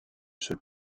seul